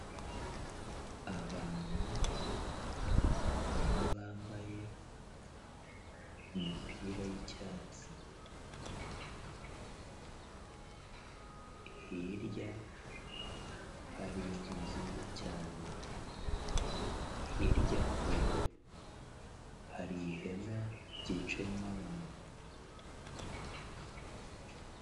Abantu bamwe bambaye imipira y'icyatsi, hirya hari inzu nziza cyane, hirya kure hari ihema ryicayemo abantu.